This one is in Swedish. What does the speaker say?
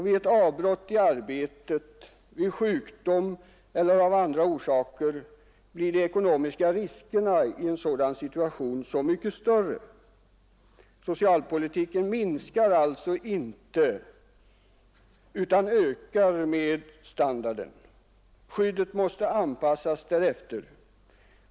Vid ett avbrott i arbetet, vid sjukdom e. d. blir de ekonomiska riskerna i en sådan situation så mycket större. Socialpolitikens betydelse minskar alltså inte utan ökar med standarden. Skyddet måste anpassas därefter.